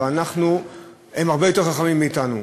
אבל אנחנו הם הרבה יותר חכמים מאתנו,